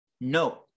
No